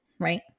Right